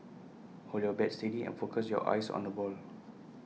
hold your bat steady and focus your eyes on the ball